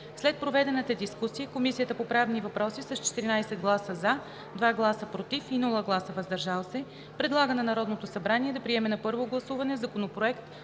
След проведената дискусия Комисията по правни въпроси с 14 гласа „за“, 2 гласа „против“ и без „въздържал се“ предлага на Народното събрание да приеме на първо гласуване Законопроект